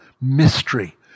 mystery